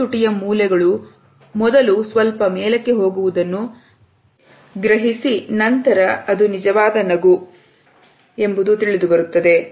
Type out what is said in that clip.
ಎರಡು ತುಟಿಯ ಮೂಲೆಗಳು ಮೊದಲು ಸ್ವಲ್ಪ ಮೇಲಕ್ಕೆ ಹೋಗುವುದನ್ನು ಮೊದಲು ಗ್ರಹಿಸಿ ನಂತರ ಅದು ನಿಜವಾದ ನಗು ಎಂಬುದು ತಿಳಿದುಬರುತ್ತದೆ